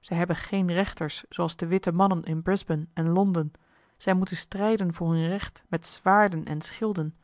zij hebben geene rechters zooals de witte mannen in brisbane en londen zij moeten strijden voor hun recht met zwaarden en schilden